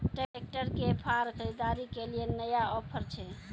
Tractor के फार खरीदारी के लिए नया ऑफर छ?